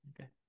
Okay